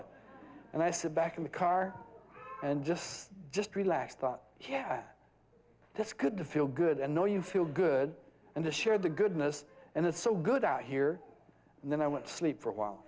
it and i sit back in the car and just just relax thought here that's good to feel good and know you feel good and to share the goodness and the so good out here and then i went to sleep for a while